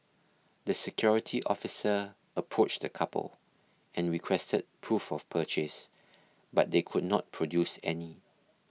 the security officer approached the couple and requested proof of purchase but they could not produce any